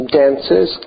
dances